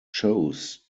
chose